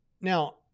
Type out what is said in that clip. now